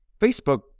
facebook